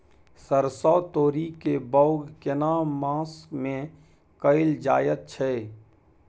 सरसो, तोरी के बौग केना मास में कैल जायत छै?